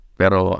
pero